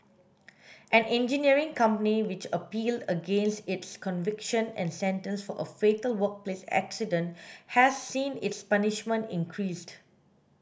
an engineering company which appealed against its conviction and sentence for a fatal workplace accident has seen its punishment increased